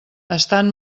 estan